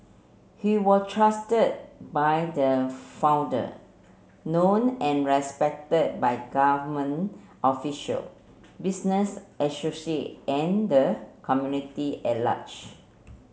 he was trusted by the founder known and respected by government official business associate and the community at large